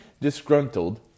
disgruntled